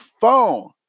phone